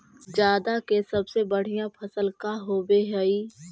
जादा के सबसे बढ़िया फसल का होवे हई?